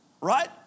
right